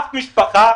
אף משפחה